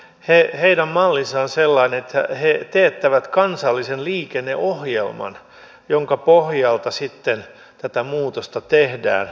heidän mallinsa on sellainen että he teettävät kansallisen liikenneohjelman jonka pohjalta sitten tätä muutosta tehdään